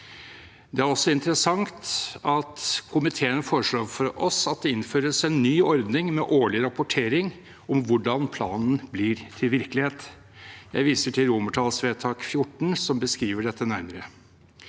Det er også interessant at komiteen foreslår for oss at det innføres en ny ordning med årlig rapportering om hvordan planen blir til virkelighet. Jeg viser til vedtaksforslag XIV, som beskriver dette nærmere.